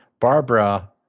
Barbara